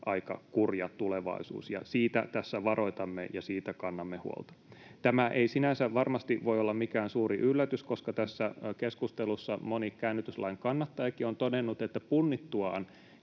aika kurja tulevaisuus — siitä tässä varoitamme ja siitä kannamme huolta. Tämä ei sinänsä varmasti voi olla mikään suuri yllätys, koska tässä keskustelussa moni käännytyslain kannattajakin on todennut, että punnittuaan